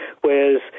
whereas